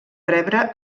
rebre